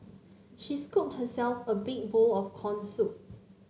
she scooped herself a big bowl of corn soup